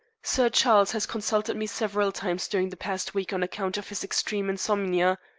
sir charles has consulted me several times during the past week on account of his extreme insomnia.